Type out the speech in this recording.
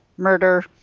murder